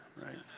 Right